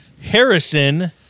Harrison